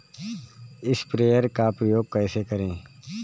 Sprayer का उपयोग कैसे करें?